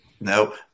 Nope